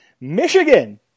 Michigan